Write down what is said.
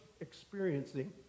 experiencing